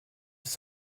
tout